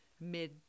mid